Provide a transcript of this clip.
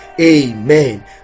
Amen